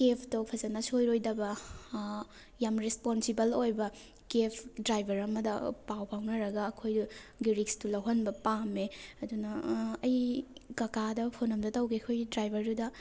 ꯀꯦꯞꯇꯣ ꯐꯖꯅ ꯁꯣꯏꯔꯣꯏꯗꯕ ꯌꯥꯝ ꯔꯦꯁꯄꯣꯟꯁꯤꯕꯜ ꯑꯣꯏꯕ ꯀꯦꯞ ꯗ꯭ꯔꯥꯏꯚꯔ ꯑꯃꯗ ꯄꯥꯎ ꯐꯥꯎꯅꯔꯒ ꯑꯩꯈꯣꯏꯗꯣ ꯔꯤꯛꯁꯇꯣ ꯂꯧꯍꯟꯕ ꯄꯥꯝꯃꯦ ꯑꯗꯨꯅ ꯑꯩ ꯀꯀꯥꯗ ꯐꯣꯟ ꯑꯝꯇ ꯇꯧꯒꯦ ꯑꯩꯈꯣꯏꯒꯤ ꯗ꯭ꯔꯥꯏꯚꯔꯗꯨꯗ